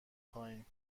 پایین